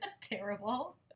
terrible